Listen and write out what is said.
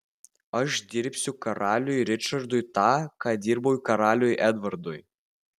aš dirbsiu karaliui ričardui tą ką dirbau karaliui edvardui